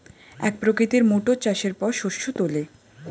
এক প্রকৃতির মোটর চাষের পর শস্য তোলে